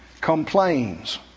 complains